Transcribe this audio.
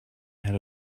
ahead